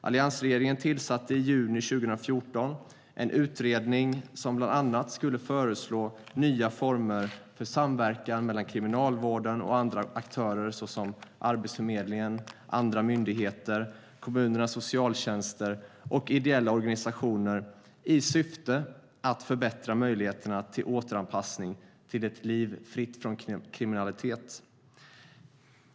Alliansregeringen tillsatte i juni 2014 en utredning som bland annat skulle föreslå nya former för samverkan mellan Kriminalvården och andra aktörer såsom Arbetsförmedlingen och andra myndigheter, kommunernas socialtjänster och ideella organisationer i syfte att förbättra möjligheterna till återanpassning till ett liv fritt från kriminalitet.